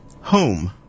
Home